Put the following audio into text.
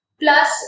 Plus